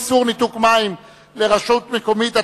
איסור ניתוק מים לרשות מקומית),